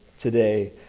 Today